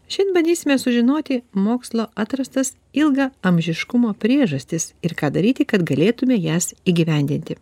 šian bandysime sužinoti mokslo atrastas ilgaamžiškumo priežastis ir ką daryti kad galėtume jas įgyvendinti